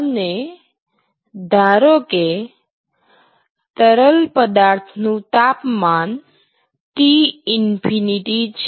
અને ધારો કે તરલ પદાર્થ નું તાપમાન T∞ છે